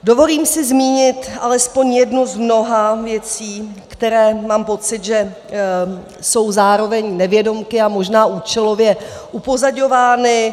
Dovolím si zmínit alespoň jednu z mnoha věcí, které, mám pocit, že jsou zároveň nevědomky, ale možná účelově upozaďovány.